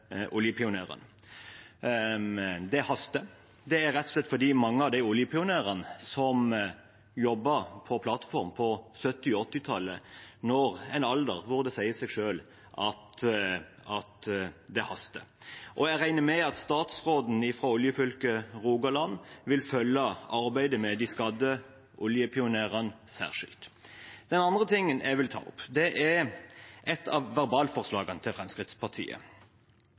Det haster. Det er rett og slett fordi mange av oljepionerene som jobbet på plattform på 1970- og 1980-tallet, når en alder hvor det sier seg selv at det haster. Jeg regner med at statsråden fra oljefylket Rogaland vil følge arbeidet med de skadde oljepionerene særskilt. Det andre jeg vil ta opp, er et av de løse forslagene til Fremskrittspartiet.